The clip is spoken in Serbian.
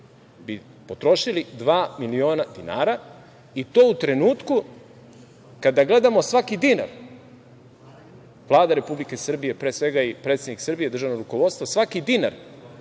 bi potrošili dva miliona dinara i to u trenutku kada gledamo svaki dinar, Vlada Republike Srbije, pre svega, i predsednik Srbije, državno rukovodstvo, svaki dinar